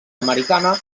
americana